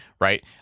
right